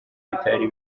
bitari